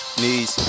knees